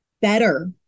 better